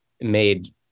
made